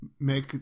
make